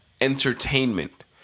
entertainment